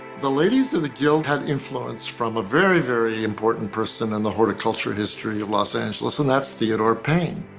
the ladies of the guild had influenced from a very very important person in and the horticultural history of los angeles, and that's theodore payne.